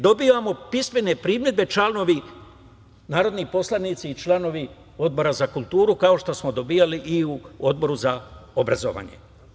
Dobijamo pismene primedbe, narodni poslanici, članovi Odbora za kulturu, kao što smo dobijali i u Odboru za obrazovanje.